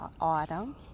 Autumn